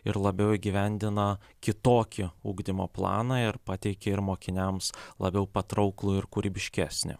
ir labiau įgyvendina kitokį ugdymo planą ir pateikia ir mokiniams labiau patrauklų ir kūrybiškesnį